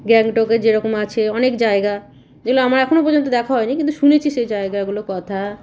গ্যাংটকে যেরকম আছে অনেক জায়গা যেগুলো আমার এখনো পর্যন্ত দেখা হয় নি কিন্তু শুনেছি সেই জায়গাগুলো কথা